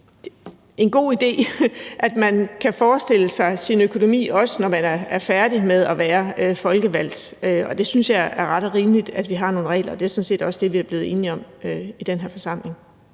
en god idé, at man kan forestille sig sin økonomi, også når man er færdig med at være folkevalgt. Det synes jeg er ret og rimeligt, altså at vi har nogle regler, og det er sådan set også det, vi er blevet enige om i den her forsamling.